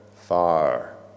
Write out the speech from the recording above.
far